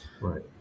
Right